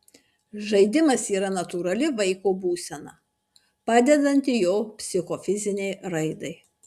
žaidimas yra natūrali vaiko būsena padedanti jo psichofizinei raidai